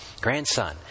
grandson